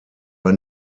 war